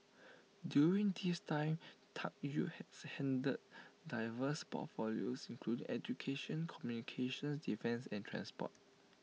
during this time Tuck Yew has handled diverse portfolios include education communications defence and transport